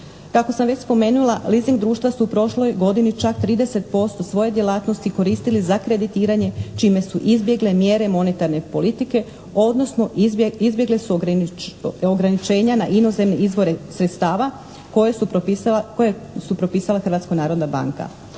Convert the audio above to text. Kako sam već spomenula leasing društva su u prošloj godini čak 30% svoje djelatnosti koristili za kreditiranje čime su izbjegle mjere monetarne politike odnosno izbjegle su ograničenja na inozemne izvore sredstava koje je propisala Hrvatska narodna banka.